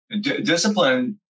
Discipline